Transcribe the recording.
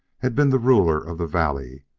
had been the ruler of the valley,